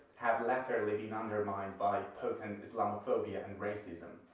have later really been undermined by potent islamophobia and racism.